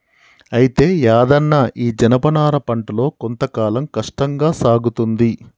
అయితే యాదన్న ఈ జనపనార పంటలో కొంత కాలం కష్టంగా సాగుతుంది